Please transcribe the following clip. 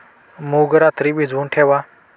मूग रात्री भिजवून ठेवा